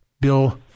Bill